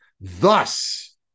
Thus